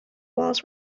walls